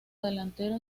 delantero